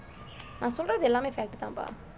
நான் சொல்றது எல்லாம்:naan solrathu ellam fact தான்பா:thaanpaa